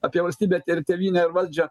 apie valstybę ir tėvynę ir valdžią